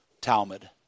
Talmud